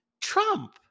Trump